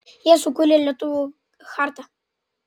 jie sukūrė lietuvių chartą